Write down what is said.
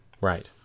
Right